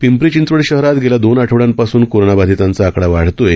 पिंपरी चिंचवड शहरात गेल्या दोन आठवड़यांपासून कोरोनाबाधितांचा आकडा वाढत आहे